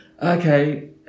Okay